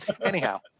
Anyhow